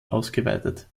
ausgeweitet